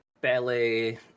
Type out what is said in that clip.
ballet